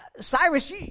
Cyrus